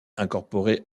incorporé